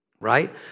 Right